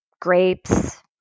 Grapes